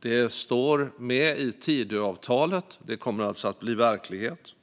Det står med i Tidöavtalet och kommer alltså att bli verklighet.